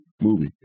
movie